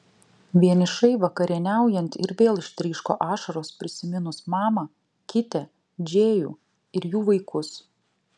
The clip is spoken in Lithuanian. vienišai vakarieniaujant ir vėl ištryško ašaros prisiminus mamą kitę džėjų ir jų vaikus